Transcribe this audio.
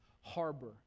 harbor